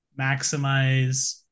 maximize